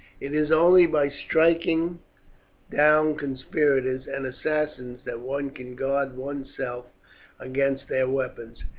it is only by striking down conspirators and assassins that one can guard one's self against their weapons.